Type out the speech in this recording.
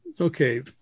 Okay